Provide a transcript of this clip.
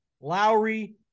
Lowry